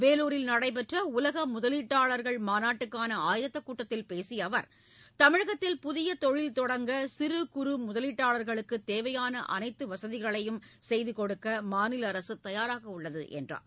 வேலூரில் நடைபெற்ற உலக முதலீட்டாளர் மாநாட்டுக்கான ஆயத்தக் கூட்டத்தில் பேசிய அவர் தமிழகத்தில் புதிய தொழில் தொடங்க சிறு குறு முதலீட்டாளர்களுக்குத் தேவையான அனைத்து வசதிகளையும் செய்து கொடுக்க மாநில அரசு தயாராக உள்ளது என்றார்